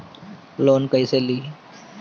Loan कईसे ली?